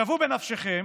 שוו בנפשכם